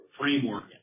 framework